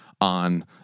on